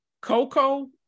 Coco